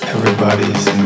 Everybody's